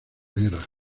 guerra